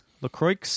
LaCroix